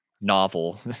novel